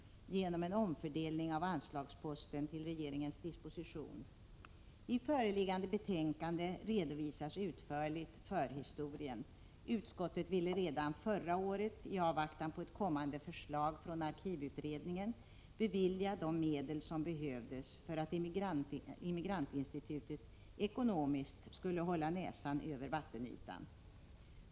genom en omfördelning inom anslagsposten Till regeringens disposition. I föreliggande betänkande redovisas utförligt förhistorien. Utskottet ville redan förra året — i avvaktan på ett kommande förslag från arkivutredningen —- bevilja de medel som behövdes för att Immigrantinstitutet ekonomiskt skulle hålla näsan över vattenytan.